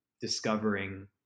discovering